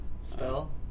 Spell